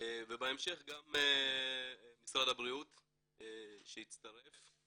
ובהמשך גם משרד הבריאות שהצטרף,